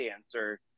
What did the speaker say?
answer